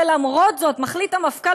ולמרות זאת מחליט המפכ"ל,